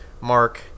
Mark